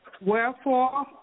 Wherefore